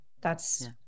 that's-